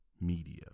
media